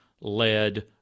led